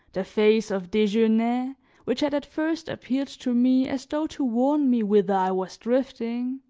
the face of desgenais which had at first appeared to me, as though to warn me whither i was drifting,